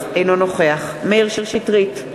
אינו נוכח מאיר שטרית,